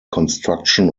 construction